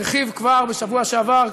הרחיב כבר בשבוע שעבר,